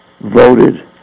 voted